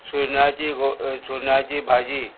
सुर्नाची गो सुर्नाची भाजी